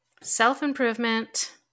self-improvement